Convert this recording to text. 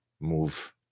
move